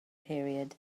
period